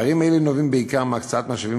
פערים אלו נובעים בעיקר מהקצאת משאבים